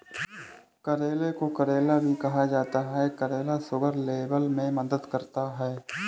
करेले को करेला भी कहा जाता है करेला शुगर लेवल में मदद करता है